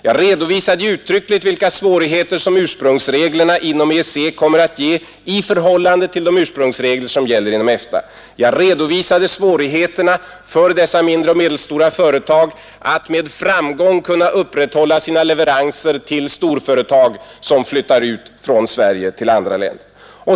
Jag redovisade uttryckligt vilka svårigheter som ursprungsreglerna inom EEC kommer att ge i förhållande till de ursprungsregler som gäller inom EFTA. Jag redovisade svårigheterna för dessa mindre och medelstora företag att med framgång upprätthålla sina leveranser till storföretag som flyttar ut från Sverige till andra länder.